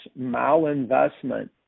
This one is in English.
malinvestment